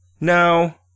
no